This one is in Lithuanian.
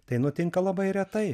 tai nutinka labai retai